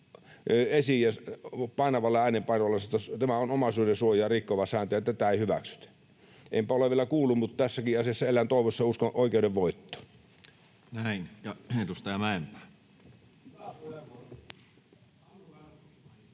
esiin ja painavalla äänenpainolla sanoisi, että tämä on omaisuudensuojaa rikkova sääntö ja tätä ei hyväksytä. Enpä ole vielä kuullut, mutta tässäkin asiassa elän toivossa ja uskon oikeuden voittoon.